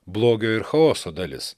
blogio ir chaoso dalis